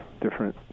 different